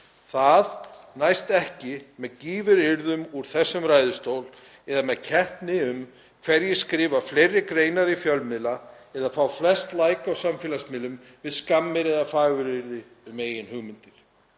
Það næst ekki með gífuryrðum úr þessum ræðustól eða með keppni um hverjir skrifa fleiri greinar í fjölmiðla eða fá flest læk á samfélagsmiðlum við skammir eða faguryrði um eigin hugmyndir.